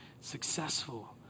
successful